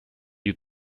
you